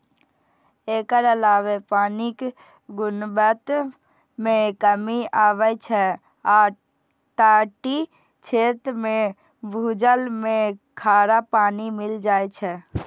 एकर अलावे पानिक गुणवत्ता मे कमी आबै छै आ तटीय क्षेत्र मे भूजल मे खारा पानि मिल जाए छै